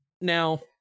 Now